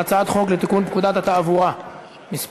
הצעת חוק לתיקון פקודת התעבורה (מס'